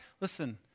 Listen